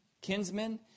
kinsmen